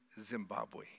Zimbabwe